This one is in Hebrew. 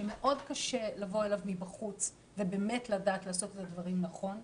שמאוד קשה לבוא אליו מבחוץ ובאמת לדעת לעשות את הדברים נכון.